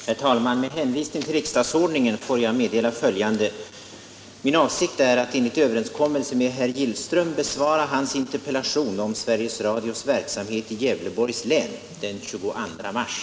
Herr talman! Med hänvisning till riksdagsordningen får jag meddela följande. Min avsikt är att enligt överenskommelse med herr Gillström besvara hans interpellation om Sveriges Radios verksamhet i Gävleborgs län den 22 mars.